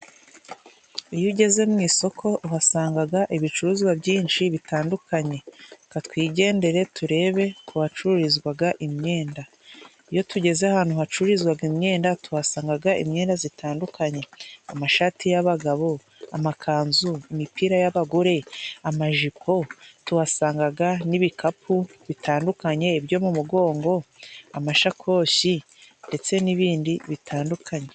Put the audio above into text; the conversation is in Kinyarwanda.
Iyo ugeze mu isoko uhasangaga ibicuruzwa byinshi bitandukanye. Reka twigendere turebe ku hacururizwaga imyenda. Iyo tugeze ahantu hacururizwaga imyenda, tuhasangaga imyenda zitandukanye: amashati y'abagabo, amakanzu, imipira y'abagore, amajipo, tuhasangaga n'ibikapu bitandukanye byo mu mugongo, amashakoshi ndetse n'ibindi bitandukanye.